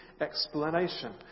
explanation